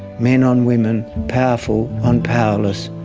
men on women, powerful on powerless,